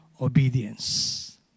obedience